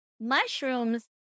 mushrooms